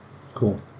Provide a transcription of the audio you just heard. Cool